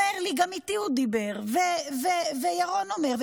אומר לי: גם איתי הוא דיבר, וירון אומר.